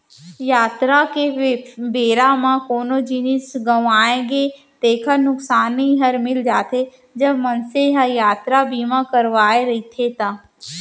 यातरा के बेरा म कोनो जिनिस गँवागे तेकर नुकसानी हर मिल जाथे, जब मनसे ह यातरा बीमा करवाय रहिथे ता